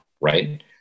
right